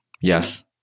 Yes